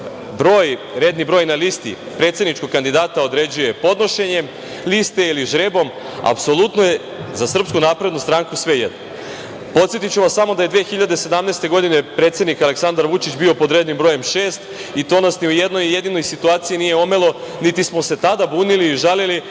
redni broj na listi predsedničkog kandidata određuje podnošenjem liste ili žrebom. Apsolutno je za SNS svejedno. Podsetiću vas samo da je 2017. godine predsednik Aleksandar Vučić bio pod rednim brojem 6, i to nas ni u jednoj jedinoj situaciji nije omelo, niti smo se tada bunili i žalili,